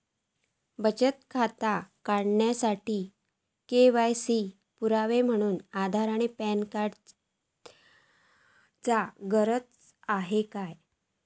बचत खाता काडुच्या साठी के.वाय.सी पुरावो म्हणून आधार आणि पॅन कार्ड चा गरज आसा काय?